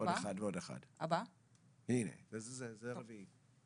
הנתונים האבסולוטיים והיחסיים פר נפש ופר שטח.